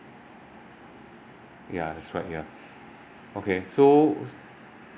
yeah that's right yeah okay so